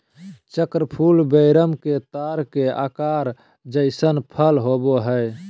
चक्र फूल वेरम के तार के आकार जइसन फल होबैय हइ